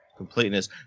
Completeness